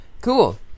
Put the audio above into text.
Cool